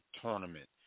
tournament